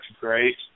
great